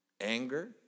anger